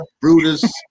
Brutus